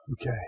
Okay